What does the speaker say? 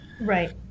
Right